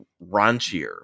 raunchier